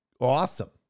Awesome